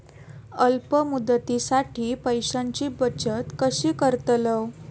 अल्प मुदतीसाठी पैशांची बचत कशी करतलव?